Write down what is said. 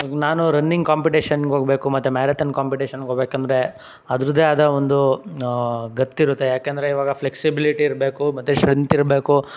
ನಾನು ರನ್ನಿಂಗ್ ಕಾಂಪಿಟೇಷನ್ಗೆ ಹೋಗಬೇಕು ಮತ್ತು ಮ್ಯಾರತಾನ್ ಕಾಂಪಿಟೇಷನ್ಗೆ ಹೋಗಬೇಕಂದ್ರೆ ಅದ್ರದ್ದೇ ಆದ ಒಂದು ಗತ್ತು ಇರುತ್ತೆ ಯಾಕಂದರೆ ಇವಾಗ ಫ್ಲೆಕ್ಸಿಬ್ಲಿಟಿ ಇರಬೇಕು ಮತ್ತು ಸ್ಟ್ರೆಂತ್ ಇರಬೇಕು